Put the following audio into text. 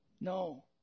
No